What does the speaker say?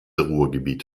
ruhrgebiet